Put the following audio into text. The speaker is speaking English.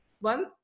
one